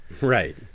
Right